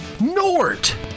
Nort